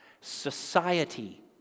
Society